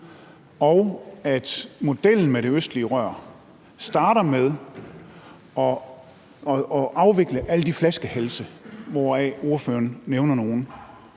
og at modellen med det østlige rør vil kunne starte med at afvikle alle de flaskehalse, der er, hvoraf ordføreren nævner nogle,